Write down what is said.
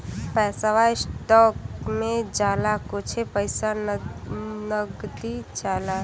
पैसवा स्टोक मे जाला कुच्छे पइसा नगदी जाला